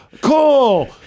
Cool